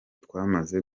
twamaze